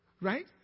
Right